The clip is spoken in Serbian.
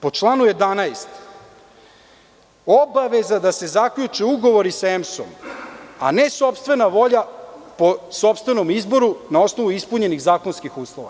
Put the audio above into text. Po članu 11. - obaveza da se zaključe ugovori sa EMS-om, a ne sopstvena volja po sopstvenom izboru na osnovu ispunjenih zakonskih uslova.